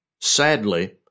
Sadly